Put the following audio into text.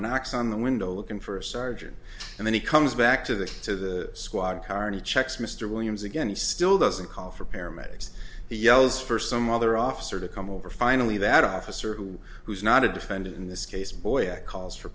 knocks on the window looking for a sergeant and then he comes back to the to the squad car new checks mr williams again he still doesn't call for paramedics he yells for some other officer to come over finally that officer who who is not a defendant in this case boy calls for